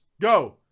Go